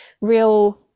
real